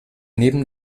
neben